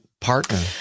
partner